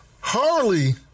Harley